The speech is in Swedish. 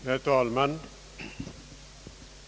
Herr talman!